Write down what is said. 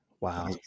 Wow